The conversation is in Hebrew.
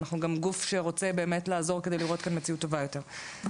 אנחנו גם גוף שרוצה באמת לעזור כדי לראות כאן מציאות טובה יותר,